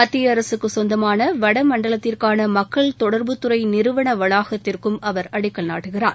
மத்திய அரசுக்கு கொந்தமான வடமண்டலத்திற்கான மக்கள் தொடர்புத்துறை நிறுவன வளாகத்திற்கும் அவர் அடிக்கல் நாட்டுகிறார்